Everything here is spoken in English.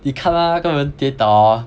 你看到那个人跌倒 hor